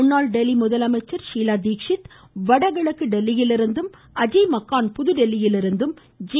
முன்னாள் டெல்லி முதலமைச்சர் ஷீலா தீட்சித் வடகிழக்கு டெல்லியிலிருந்தும் அஜய் புதுதில்லியிலிருந்து ஜே